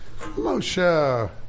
Moshe